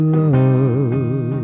love